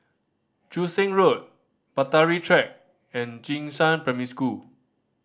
Joo Seng Road Bahtera Track and Jing Shan Primary School